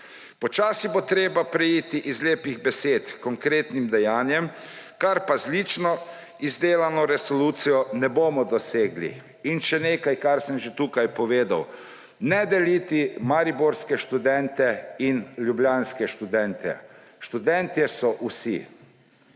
Počasi bo treba preiti z lepih besed k konkretnim dejanjem, kar pa z lično izdelano resolucijo ne bomo dosegli. In še nekaj, kar sem že tukaj povedal: ne deliti mariborske študent in ljubljanske študente! Študentje so vsi.